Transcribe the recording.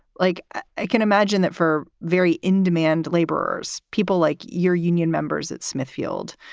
like ah i can imagine that for very in-demand laborers, people like your union members at smithfield,